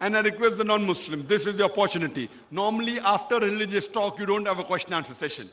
and that equals the non-muslim. this is the opportunity normally after religious talk. you don't have a question answer session.